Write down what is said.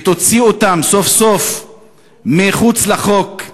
ותוציא אותן מחוץ לחוק,